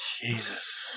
Jesus